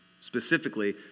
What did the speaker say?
specifically